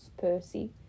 Percy